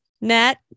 net